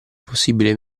possibile